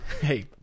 Hey